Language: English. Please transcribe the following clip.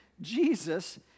Jesus